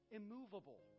immovable